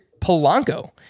Polanco